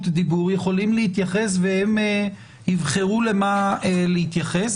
דיבור יכולים להתייחס והם יבחרו למה להתייחס.